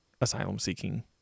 asylum-seeking